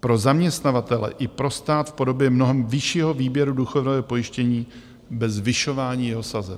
pro zaměstnavatele i pro stát v podobě mnohem vyššího výběru důchodového pojištění bez zvyšování jeho sazeb.